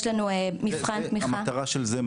יש לנו מבחן --- מה המטרה של זה?